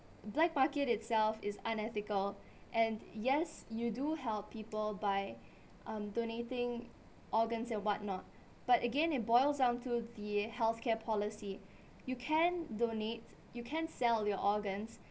black market itself is unethical and yes you do help people by um donating organs and whatnot but again it boils down to the healthcare policy you can donate you can sell your organs